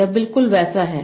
यह बिल्कुल वैसा है